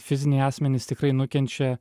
fiziniai asmenys tikrai nukenčia